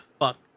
Fuck